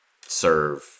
serve